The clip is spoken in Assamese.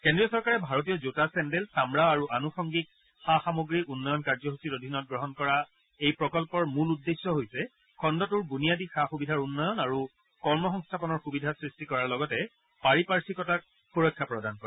কেন্দ্ৰীয় চৰকাৰে ভাৰতীয় জোতা চেণ্ডল চামৰা আৰু আনুসংগিক সা সামগ্ৰী উন্নয়ন কাৰ্যসূচীৰ অধীনত গ্ৰহণ কৰা এই প্ৰকল্পৰ মূল উদ্দেশ্য হৈছে খণ্ডটোৰ বুনিয়াদী সা সুবিধাৰ উন্নয়ন আৰু কৰ্ম সংস্থাপনৰ সুবিধা সৃষ্টি কৰাৰ লগতে পাৰিপৰ্ধিকতাক সুৰক্ষা প্ৰদান কৰা